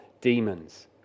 demons